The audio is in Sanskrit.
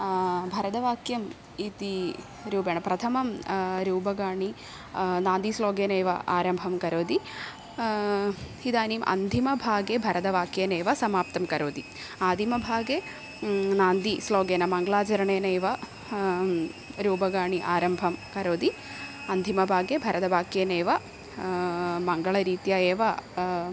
भरतवाक्यम् इति रूपेण प्रथमं रूपकाणि नान्दीश्लोकेनैव आरम्भं करोति इदानीम् अन्तिमभागे भरतवाक्यनैव समाप्तं करोति आदिमभागे नान्दीश्लोकेन मङ्गलाचरणेनैव रूपकाणि आरम्भं करोति अन्तिमभागे भरतवाक्यनैव मङ्गलरीत्या एव